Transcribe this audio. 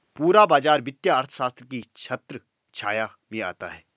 पूरा बाजार वित्तीय अर्थशास्त्र की छत्रछाया में आता है